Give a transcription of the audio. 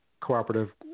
cooperative